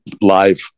live